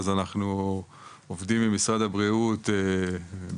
אז אנחנו עובדים עם משרד הבריאות בצמוד,